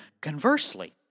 Conversely